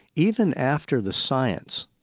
even after the science,